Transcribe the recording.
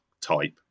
type